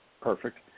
Perfect